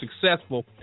successful